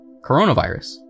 coronavirus